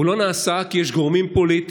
זה לא נעשה כי יש גורמים פוליטיים,